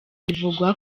bivugwa